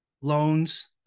loans